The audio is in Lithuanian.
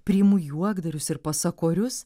priimu juokdarius ir pasakorius